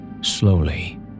Slowly